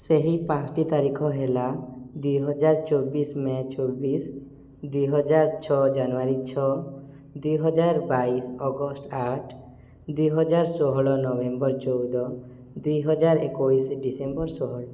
ସେହି ପାଞ୍ଚଟି ତାରିଖ ହେଲା ଦୁଇହଜାର ଚବିଶ ମେ ଚବିଶ ଦୁଇହଜାର ଛଅ ଜାନୁଆରୀ ଛଅ ଦୁଇହଜାର ବାଇଶ ଅଗଷ୍ଟ ଆଠ ଦୁଇହଜାର ଷୋହଳ ନଭେମ୍ବର ଚଉଦ ଦୁଇହଜାର ଏକୋଇଶି ଡିସେମ୍ବର ଷହଳ